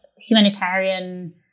humanitarian